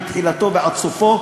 מתחילתו ועד סופו,